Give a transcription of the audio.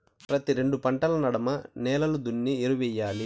ప్రతి రెండు పంటల నడమ నేలలు దున్ని ఎరువెయ్యాలి